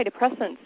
antidepressants